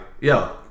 yo